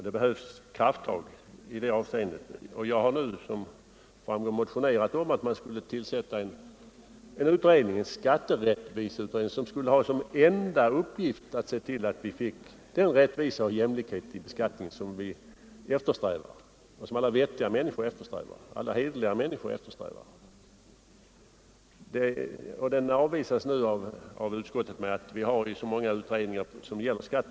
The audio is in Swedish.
Det behövs krafttag i det avseendet. Jag har nu alltså motionerat om att man skulle tillsätta en skatterättviseutredning som skulle ha som enda uppgift att se till att vi fick den rättvisa och jämlikhet vid beskattningen som alla vettiga och hederliga människor eftersträvar. Förslaget avvisas av utskottet med att vi har så många utredningar som gäller skatten.